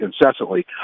incessantly